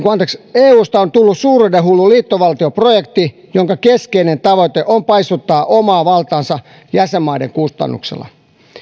eusta on tullut suuruudenhullu liittovaltioprojekti jonka keskeinen tavoite on paisuttaa omaa valtaansa jäsenmaidensa kustannuksella